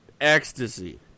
ecstasy